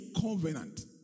covenant